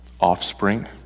offspring